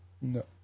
No